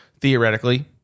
Theoretically